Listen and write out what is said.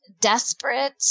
desperate